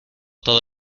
todo